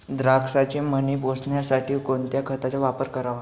द्राक्षाचे मणी पोसण्यासाठी कोणत्या खताचा वापर करावा?